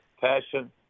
passion